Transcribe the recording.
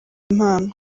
impano